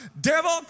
Devil